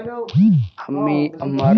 আমি আমার ছেলেকে টাকা কিভাবে পাঠাব?